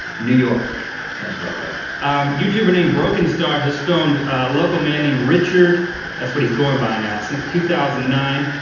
new york. sounds about right. a youtuber named brokkenstar has filmed a local man named richard that's what he's going by now since two thousand and nine.